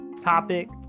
topic